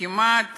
כמעט